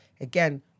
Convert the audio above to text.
again